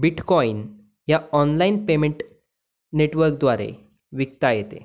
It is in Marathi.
बिटकॉईन या ऑनलाईन पेमेंट नेटवर्कद्वारे विकता येते